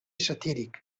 satíric